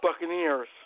Buccaneers